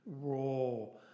role